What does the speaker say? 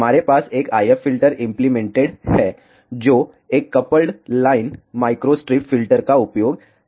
हमारे पास एक IF फ़िल्टर इंप्लीमेंटेड है जो एक कपल्ड लाइन माइक्रोस्ट्रिप फ़िल्टर का उपयोग करता है